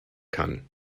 kann